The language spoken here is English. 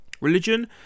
Religion